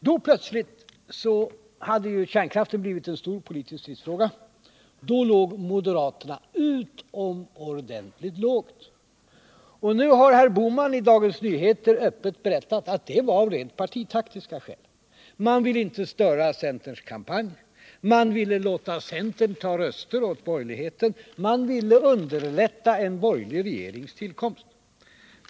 Då plötsligt hade kärnkraften blivit en stor politisk stridsfråga — då låg moderaterna utomordentligt lågt. Och nu har herr Bohman i Dagens Nyheter öppet berättat att det var av rent partitaktiska skäl. Man ville inte störa centerns kampanj. Man ville låta centern ta röster åt borgerligheten. Man ville underlätta en borgerlig regerings tillkomst.